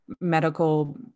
medical